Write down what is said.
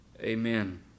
amen